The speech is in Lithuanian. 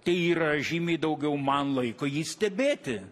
tai yra žymiai daugiau man laiko jį stebėti